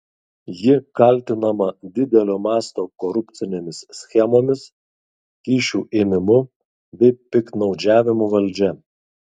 ji kaltinama didelio masto korupcinėmis schemomis kyšių ėmimu bei piktnaudžiavimu valdžia